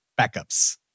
backups